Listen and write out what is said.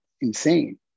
insane